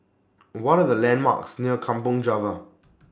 What Are The landmarks near Kampong Java